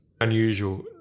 unusual